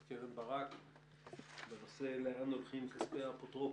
קרן ברק בנושא: לאן הולכים כספי האפוטרופוס.